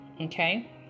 Okay